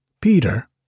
Peter